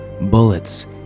Bullets